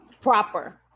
proper